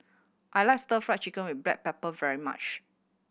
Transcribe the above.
I like Stir Fry Chicken with black pepper very much